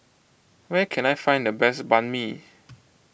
where can I find the best Banh Mi